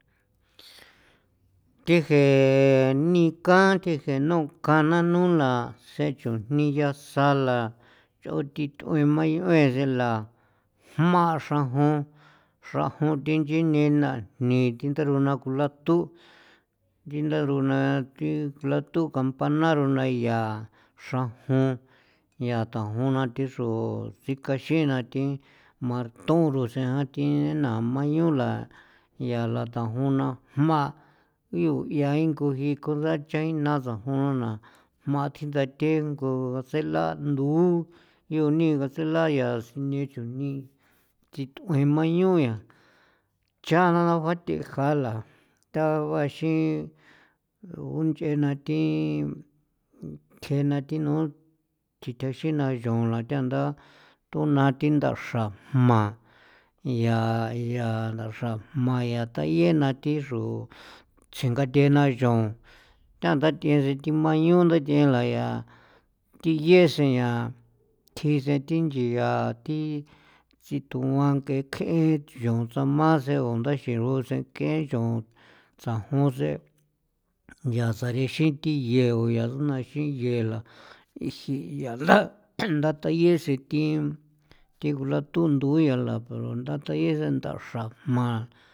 The jee nii kan the je nu' kan nanu' na tsje chujni yasala nch'on thi th'ue mayun' senla jma xrajon xrajon thi inchi nena ni thin ndaro naa ku lathu nchenaro naa thi lathu campana rona yaa xrajon yaa thajon na thi xru xikaxina thi jma thon rosen thie na mayonla yaala thanjuna jma yu yain nkugi ko ba ichana sajun na jma dinthathengo tselandu yuu nii ngatselaa yaa sine chujni sith'uen mayun' yaa chaba na thejala tha baxin unch'ena thi thjeena thi noo tjithjaxin na nxoonla thean nda thonathin ndaxra jma yaa yaa ndaxra jma yaa tayee na thi xru tsjingathena naxoon than t'a sithema mayun' nda th'e laya thji yee sen yaa thjin sen thi nchia thi situan ngee kjen chu tsama chu ndaxi xrusen ke nchon tsajon sen yaa sarexin thiyee guya xruna xi geela jii ya nda nda thayee sen thi thigu lathu ndui yaa poro nda tayee sen ndaxra jma.